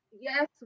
yes